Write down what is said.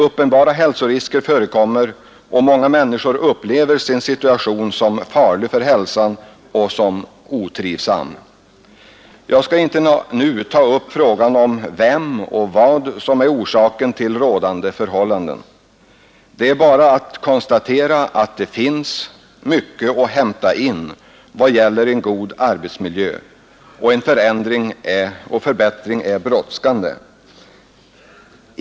Uppenbara hälsorisker förekommer och många kroppsarbetare upplever sin situation som farlig för hälsan och som otrivsam. Jag skall inte nu ta upp frågan om vem och vad som är orsaken till rådande förhållande. Det är bara att konstatera att det finns mycket att hämta in vad gäller en god arbetsmiljö. En förbättring är brådskande.